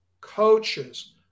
coaches